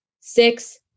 six